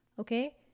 Okay